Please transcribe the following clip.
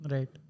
Right